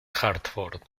hartford